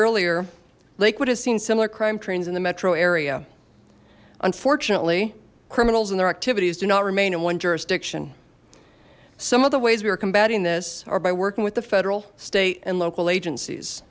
earlier lakewood has seen similar crime trains in the metro area unfortunately criminals and their activities do not remain in one jurisdiction some of the ways we were combating this are by working with the federal state and local agencies